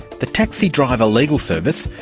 the taxi driver legal service,